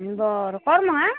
बरं कर मग हा